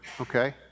okay